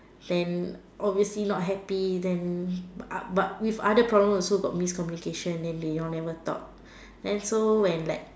then obviously not happy then uh but with other problem also got miscommunication then they all never talk then so when like